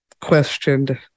questioned